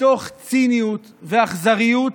מתוך ציניות ואכזריות,